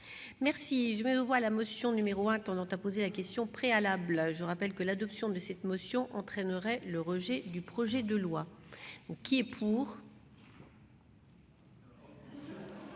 mets aux voix la motion n° 1, tendant à opposer la question préalable. Je rappelle que l'adoption de cette motion entraînerait le rejet du projet de loi. Dans la